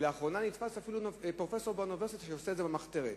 ולאחרונה אפילו נתפס פרופסור באוניברסיטה שעושה את זה במחתרת,